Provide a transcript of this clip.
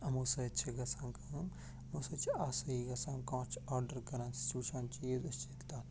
یِمَو سۭتۍ چھِ گژھان کٲم یِمو سۭتۍ چھِ آسٲیی گژھان کانٛہہ چھِ آرڈَر کران أسۍ چھِ وٕچھان چیٖز أسۍ چھِ تَتھ پٮ۪ٹھ